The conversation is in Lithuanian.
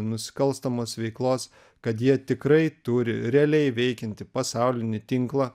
nusikalstamos veiklos kad jie tikrai turi realiai veikiantį pasaulinį tinklą